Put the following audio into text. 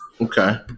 Okay